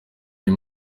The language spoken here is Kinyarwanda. iyo